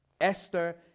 Esther